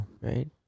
Right